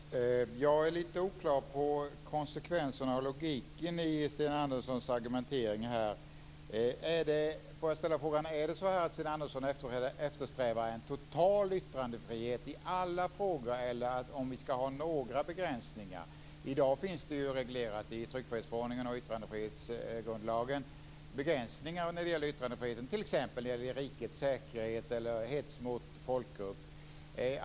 Herr talman! Jag är lite oklar över konsekvenserna och logiken i Sten Anderssons argumentering. Eftersträvar Sten Andersson en total yttrandefrihet i alla frågor, eller skall det finnas några begränsningar? I dag finns ju begränsningar i yttrandefriheten reglerade i tryckfrihetsförordningen och i yttrandefrihetsgrundlagen, t.ex. när det gäller rikets säkerhet eller hets mot folkgrupp.